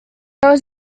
there